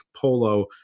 polo